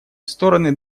стороны